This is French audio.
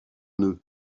nœuds